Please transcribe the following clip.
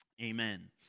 Amen